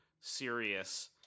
serious